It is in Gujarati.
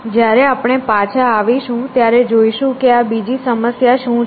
જ્યારે આપણે પાછા આવીશું ત્યારે જોઈશું કે આ બીજી સમસ્યા શું છે